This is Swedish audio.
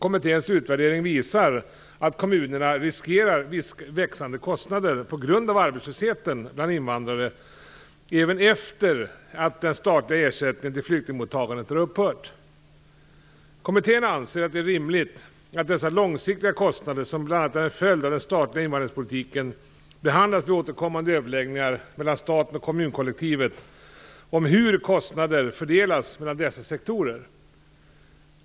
Kommitténs utvärdering visar att kommunerna riskerar växande kostnader på grund av arbetslösheten bland invandrare även efter det att den statliga ersättningen till flyktingmottagandet upphört. Kommittén anser att det är rimligt att dessa långsiktiga kostnader, som bl.a. är en följd av den statliga invandringspolitiken, behandlas vid återkommande överläggningar mellan staten och kommunkollektivet om hur kostnader skall fördelas mellan dessa sektorer.